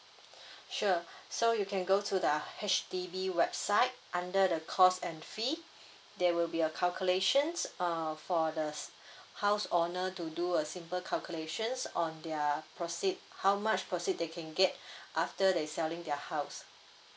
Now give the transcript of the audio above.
sure so you can go to the H_D_B website under the cost and fee there will be a calculations err for the house owner to do a simple calculations on their proceed how much proceed they can get after they selling their house